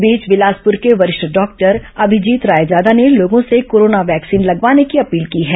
इस बीच बिलासपुर के वरिष्ठ डॉक्टर अभिजीत रायजादा ने लोगों से कोरोना वैक्सीन लगवाने की अपील की है